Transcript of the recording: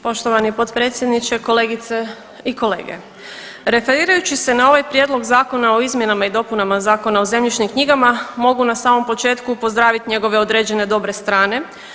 Poštovani potpredsjedniče, kolegice i kolege referirajući se na ovaj prijedlog Zakona o izmjenama i dopuna Zakona o zemljišnim knjigama mogu na samom početku pozdravit njegove određene dobre strane.